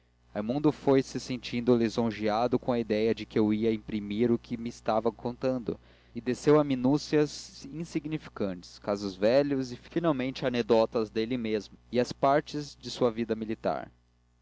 depois raimundo foi-se sentindo lisonjeado com a idéia de que eu ia imprimir o que me estava contando e desceu a minúcias insignificantes casos velhos e finalmente às anedotas dele mesmo e às partes da sua vida militar